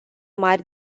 mari